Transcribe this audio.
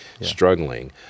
struggling